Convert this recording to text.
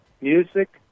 Music